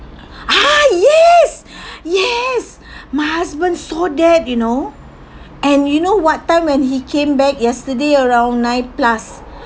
!huh! yes yes my husband saw that you know and you know what time when he came back yesterday around nine plus